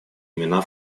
имена